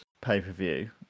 pay-per-view